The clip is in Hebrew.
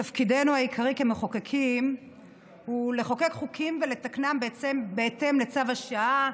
תפקידנו העיקרי כמחוקקים הוא לחוקק חוקים ולתקנם בהתאם לצו השעה,